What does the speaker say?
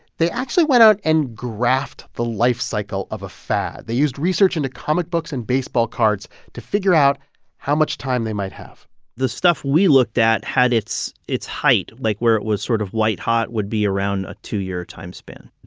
they actually went out and graphed the life cycle of a fad. they used research into comic books and baseball cards to figure out how much time they might have the stuff we looked at had its its height, like where it was sort of white-hot, would be around a two-year time span.